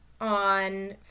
on